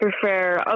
prefer